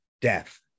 death